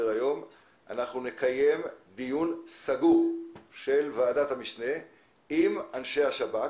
נקיים דיון סגור של ועדת המשנה עם אנשי השב"כ,